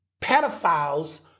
pedophiles